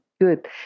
Good